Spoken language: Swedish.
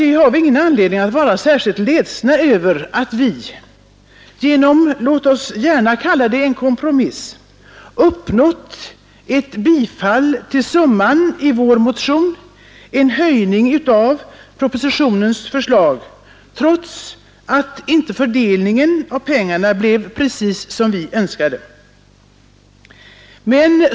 Vi har ingen anledning att i vårt parti vara ledsna över att vi — låt oss gärna säga att det har skett genom en kompromiss — har uppnått ett bifall till det beloppet i vår motion och en höjning på 10 miljoner kronor av propositionens förslag, även om inte fördelningen av pengarna har blivit exakt som vi önskade.